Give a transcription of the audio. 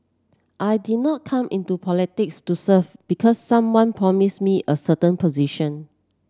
I did not come into politics to serve because someone promised me a certain position